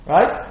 Right